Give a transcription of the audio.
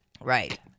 Right